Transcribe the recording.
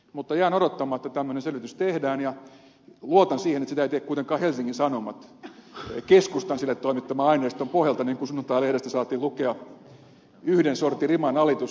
mutta jään odottamaan että tämmöinen selvitys tehdään ja luotan siihen että sitä ei tee kuitenkaan helsingin sanomat keskustan sille toimittaman aineiston pohjalta niin kuin sunnuntain lehdestä saatiin lukea yhden sortin rimanalitus